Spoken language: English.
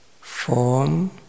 form